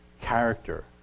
character